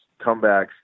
comebacks